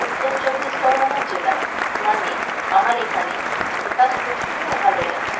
উত্তর চব্বিশ পরগনা জেলায় মানে আমার এখানে শিক্ষার সুযোগ সুবিধা ভালোই আছে